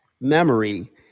memory